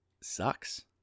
sucks